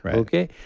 okay?